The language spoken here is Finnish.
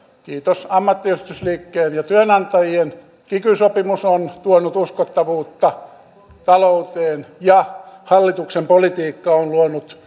kiitos ammattiyhdistysliikkeen ja työnantajien että kiky sopimus on tuonut uskottavuutta talouteen ja hallituksen politiikka on luonut